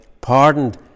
pardoned